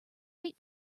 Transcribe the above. wait